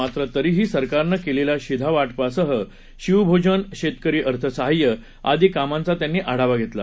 मात्र तरीही सरकारनं केलेल्या शिधावाटपासह शिवभोजन शेतकरी अर्थ साहाय्य आदी कामांचा त्यांनी आढावा घेतला